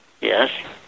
Yes